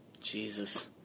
Jesus